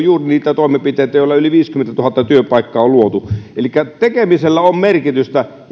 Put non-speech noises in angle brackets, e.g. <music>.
<unintelligible> juuri niitä toimenpiteitä joilla yli viisikymmentätuhatta työpaikkaa on luotu elikkä tekemisellä on merkitystä